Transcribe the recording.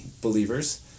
believers